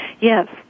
Yes